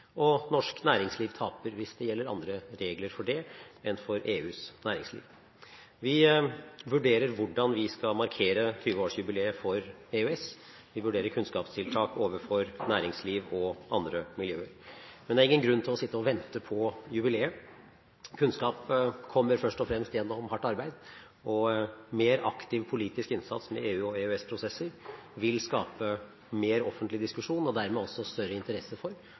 Norsk næringsliv taper hvis det gjelder andre regler for det enn for EUs næringsliv. Vi vurderer hvordan vi skal markere 20-årsjubileet for EØS. Vi vurderer kunnskapstiltak overfor næringsliv og andre miljøer. Men det er ingen grunn til å sitte og vente på jubileet. Kunnskap kommer først og fremst gjennom hardt arbeid. Mer aktiv politisk innsats med EU- og EØS-prosesser vil skape mer offentlig diskusjon og dermed også større interesse for og større kunnskap om den betydningen EU har for